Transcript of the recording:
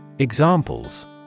Examples